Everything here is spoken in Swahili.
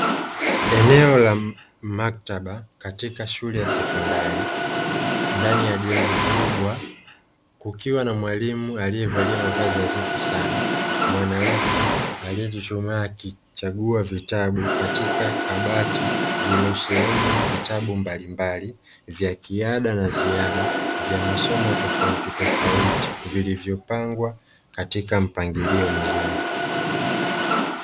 Eneo la maktaba katika shule ya sekondari, ndani ya jengo kubwa, kukiwa na mwalimu aliyevalia mavazi nadhifu Sana, mwanamke aliyechuchumaa, akichagua vitabu katika kabati lililosheni vitabu mbalimbali vya kiada na ziada, vya masomo tofautitofauti, vilivyopangwa katika mpangilio mzuri.